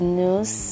news